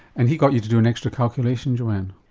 and he got you to do an extra calculation joanne?